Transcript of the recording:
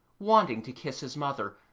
wanting to kiss his mother,